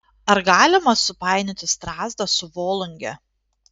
ar galima supainioti strazdą su volunge